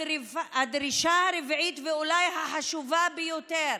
4. הדרישה הרביעית ואולי החשובה ביותר